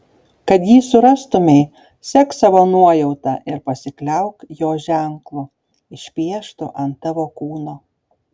kad jį surastumei sek savo nuojauta ir pasikliauk jo ženklu išpieštu ant tavo kūno